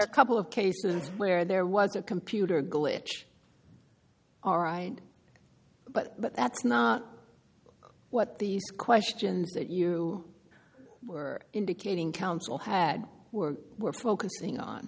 a couple of cases where there was a computer glitch all right but but that's not what the questions that you were indicating counsel had were we're focusing on